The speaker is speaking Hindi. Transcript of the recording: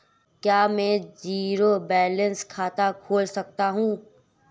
क्या मैं ज़ीरो बैलेंस खाता खोल सकता हूँ?